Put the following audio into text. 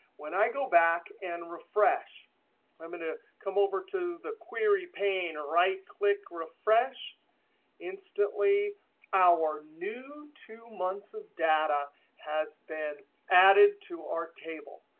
when i go back and refresh i'm going to come over to the query pane, right click refresh instantly our new two months data has been added to our table.